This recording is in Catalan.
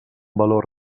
valor